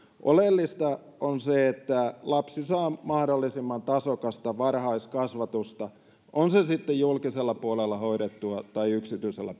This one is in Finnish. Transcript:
oleellista on se että lapsi saa mahdollisimman tasokasta varhaiskasvatusta on se sitten julkisella puolella hoidettua tai yksityisellä